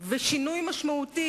ושינוי משמעותי,